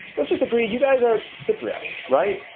lets just agree you guys are cypriots, right?